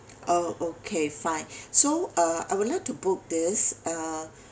uh okay fine so uh I would like to book this uh